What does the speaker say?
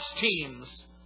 teams